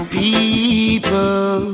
people